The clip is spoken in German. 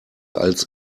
als